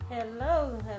hello